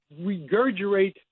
regurgitate